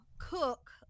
cook